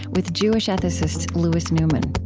with jewish ethicist louis newman